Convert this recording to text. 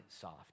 soft